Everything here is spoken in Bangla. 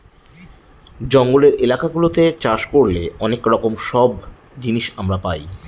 জঙ্গলের এলাকা গুলাতে চাষ করলে অনেক রকম সব জিনিস আমরা পাই